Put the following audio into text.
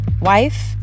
wife